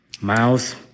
Miles